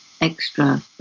extra